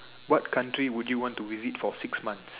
what country would you want to visit for six months